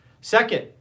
Second